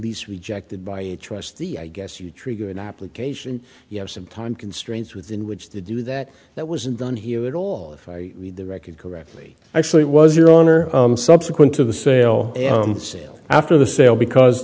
lease rejected by a trustee i guess you trigger an application you have some time constraints within which to do that that wasn't done here at all if i read the record correctly actually it was your honor subsequent to the sale the sale after the sale because